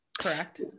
correct